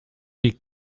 die